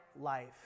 life